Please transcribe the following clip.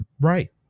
Right